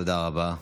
תודה רבה.